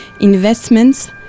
investments